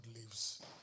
lives